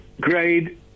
grade